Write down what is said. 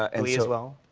ah glee, as well.